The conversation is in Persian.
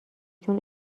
چون